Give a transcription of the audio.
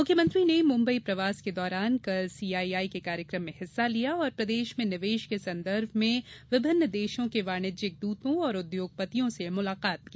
मुख्यमंत्री ने मुंबई प्रवास के दौरान कल सीआईआई के कार्यक्रम में हिस्सा लिया और प्रदेश में निवेश के संदर्भ में विभिन्न देशों के वाणिज्यिक दूतों और उद्योगपतियों से मुलाकात की